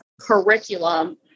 curriculum